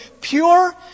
pure